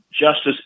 justice